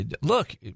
Look